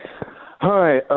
Hi